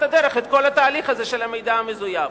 הדרך את כל התהליך הזה של המידע המזויף.